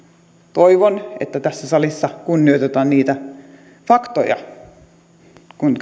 toivon että tässä salissa kunnioitetaan niitä faktoja kun